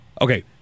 Okay